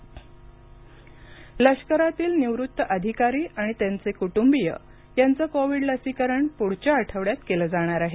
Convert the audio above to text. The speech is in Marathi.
लसीकरण माजी सैनिक लष्करातील निवृत्त अधिकारी आणि त्यांचे कुटुंबीय यांच कोविड लसीकरण पुढच्या आठवड्यात केलं जाणार आहे